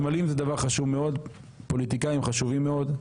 סמלים זה דבר חשוב מאוד, פוליטיקאים חשובים מאוד.